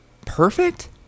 perfect